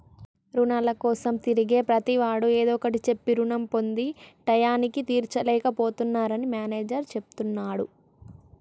రుణాల కోసం తిరిగే ప్రతివాడు ఏదో ఒకటి చెప్పి రుణం పొంది టైయ్యానికి తీర్చలేక పోతున్నరని మేనేజర్ చెప్తున్నడు